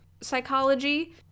psychology